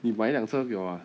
你买一辆车给我啊